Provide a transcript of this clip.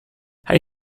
hij